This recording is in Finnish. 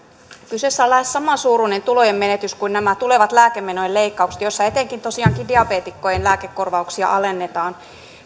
kyseessä on lähes samansuuruinen tulojen menetys kuin nämä tulevat lääkemenojen leikkaukset joissa tosiaankin etenkin diabeetikkojen lääkekorvauksia alennetaan